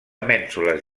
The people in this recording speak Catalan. mènsules